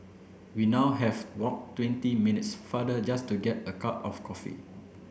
we now have walk twenty minutes farther just to get a cup of coffee